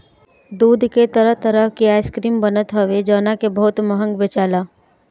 दूध से तरह तरह के आइसक्रीम बनत हवे जवना के बहुते महंग बेचाला